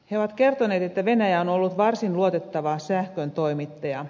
he ovat kertoneet että venäjä on ollut varsin luotettava sähkön toimittaja